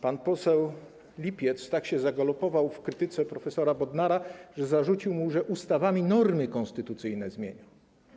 Pan poseł Lipiec tak się zagalopował w krytyce prof. Bodnara, że zarzucił mu, że ustawami normy konstytucyjne zmienia.